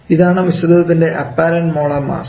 ഇതാണ് മിശ്രിതത്തിൻറെ apparent molar mass